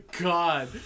god